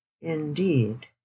indeed